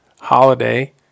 holiday